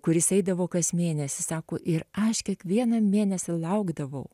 kuris eidavo kas mėnesį sako ir aš kiekvieną mėnesį laukdavau